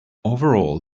overall